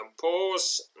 pause